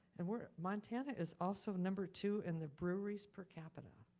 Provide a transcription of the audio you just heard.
and we're, montana is also number two in the breweries per capita.